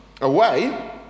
away